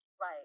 right